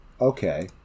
okay